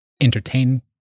entertain